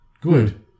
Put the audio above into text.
good